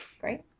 great